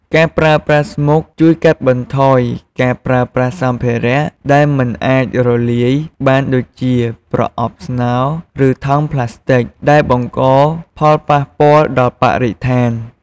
ការប្រើប្រាស់ស្មុកជួយកាត់បន្ថយការប្រើប្រាស់សម្ភារៈដែលមិនអាចរលាយបានដូចជា ប្រអប់ស្នោ ឬថង់ប្លាស្ទិក ដែលបង្កផលប៉ះពាល់ដល់បរិស្ថាន។